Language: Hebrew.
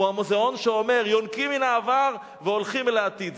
הוא המוזיאון שאומר: יונקים מן העבר והולכים אל העתיד,